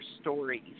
stories